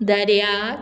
दर्या